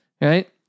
right